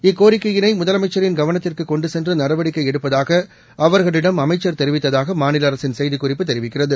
இக்கோரிக்கையினை முதலமைச்சரின் கவனத்திற்கு கொண்டு சென்று நடவடிக்கை எடுப்பதாக அவர்களிடம் அமைச்சர் தெரிவித்ததாக மாநில அரசின் செய்திக்குறிப்பு தெரிவிக்கிறது